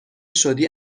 شدی